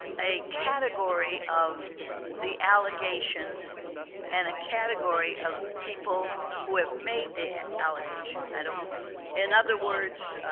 a category of the allegations and a category of people who have made their allegations i don't in other words